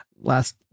Last